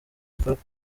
gikorwa